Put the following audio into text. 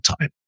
time